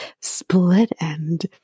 split-end